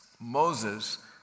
Moses